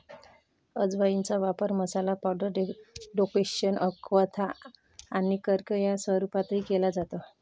अजवाइनचा वापर मसाला, पावडर, डेकोक्शन, क्वाथ आणि अर्क या स्वरूपातही केला जातो